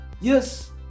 Yes